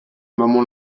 maman